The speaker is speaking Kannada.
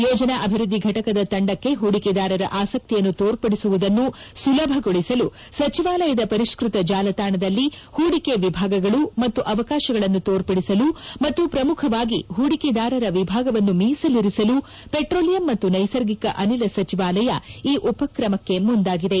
ಯೋಜನಾ ಅಭಿವೃದ್ಧಿ ಘಟಕದ ತಂಡಕ್ಕೆ ಹೂಡಿಕೆದಾರರ ಆಸಕ್ತಿಯನ್ನು ತೋರ್ಪಡಿಸುವುದನ್ನು ಸುಲಭಗೊಳಿಸಲು ಸಚಿವಾಲಯದ ಪರಿಷ್ಣತ ಜಾಲತಾಣದಲ್ಲಿ ಹೂಡಿಕೆ ವಿಭಾಗಗಳು ಮತ್ತು ಅವಕಾಶಗಳನ್ನು ತೋರ್ಪಡಿಸಲು ಮತ್ತು ಪ್ರಮುಖವಾಗಿ ಹೂಡಿಕೆದಾರರ ವಿಭಾಗವನ್ನು ಮೀಸಲಿರಿಸಲು ಪೆಟ್ರೋಲಿಯಂ ಮತ್ತು ನೈಸರ್ಗಿಕ ಅನಿಲ ಸಚಿವಾಲಯ ಈ ಉಪಕ್ರಮಕ್ಕೆ ಮುಂದಾಗಿದೆ